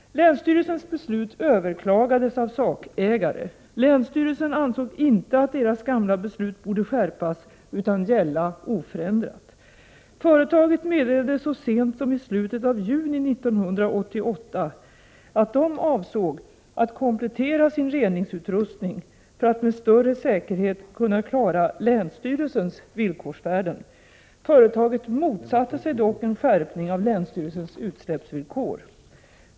Länsstyrelsens beslut överklagades av sakägare. Länsstyrelsen ansåg inte att deras gamla beslut borde skärpas, utan gälla oförändrat. Företaget meddelade så sent som i slutet av juni 1988 att de avsåg att komplettera sin reningsutrustning för att med större säkerhet kunna klara länsstyrelsens villkorsvärden. Företaget motsatte sig dock en skärpning av länsstyrelsens utsläppsvillkor.